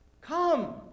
come